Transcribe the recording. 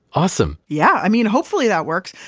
awesome yeah. i mean, hopefully that works.